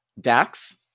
Dax